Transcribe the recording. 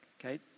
Okay